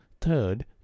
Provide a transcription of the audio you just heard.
third